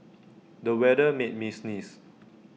the weather made me sneeze